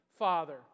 father